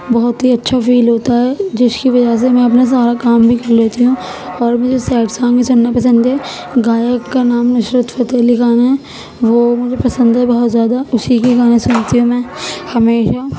بہت ہی اچھا فیل ہوتا ہے جس کی وجہ سے میں اپنا سارا کام بھی کر لیتی ہوں اور مجھے سیڈ سونگ ہی سننا پسند ہے گایک کا نام نصرت فتح علی خان ہے وہ مجھے پسند ہے بہت زیادہ اسی کے گانے سناتی ہوں میں ہمیشہ